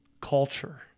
culture